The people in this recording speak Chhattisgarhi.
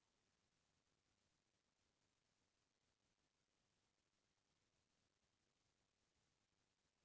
ड्रिप सिंचई म किसान ह अपन बाड़ी बखरी ल असानी ले सिंचई कर सकत हे